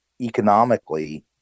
economically